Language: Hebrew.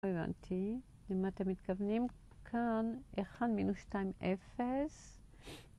הבנתי. למה אתם מתכוונים? כאן 1 מינוס 2, 0.